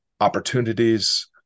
opportunities